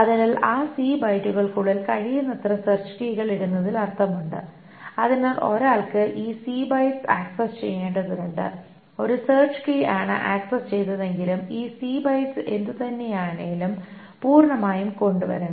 അതിനാൽ ആ സി ബൈറ്റുകൾക്കുള്ളിൽ കഴിയുന്നത്ര സെർച്ച് കീകൾ ഇടുന്നതിൽ അർത്ഥമുണ്ട് അതിനാൽ ഒരാൾക്ക് ഈ സി ബൈറ്റ്സ് ആക്സസ് ചെയ്യേണ്ടതുണ്ട് ഒരു സെർച്ച് കീ ആണ് ആക്സസ് ചെയ്തതെങ്കിലും ഈ സി ബൈറ്റ്സ് എന്തുതന്നെയായാലും പൂർണമായും കൊണ്ടുവരണം